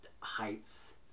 heights